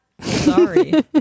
sorry